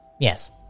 Yes